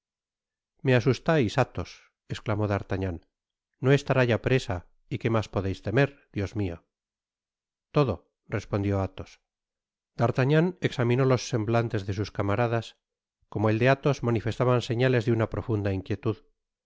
me asustais athos esclamó d'artagnan no estará ya presa y qué mas podeis temer dios mio todo respondió athos d'artagnan examinó los semblantes de sus camaradas como el de athos manifestaban señales de una profunda inquietud